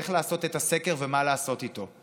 איך לעשות את הסקר ומה לעשות איתו.